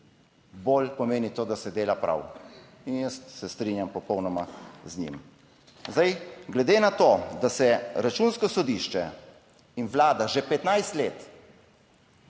bolj pomeni to, da se dela prav. In jaz se strinjam popolnoma z njim. Zdaj, glede na to, da se Računsko sodišče in Vlada že 15 let